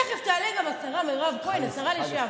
תכף תעלה גם השרה מירב כהן, השרה לשעבר,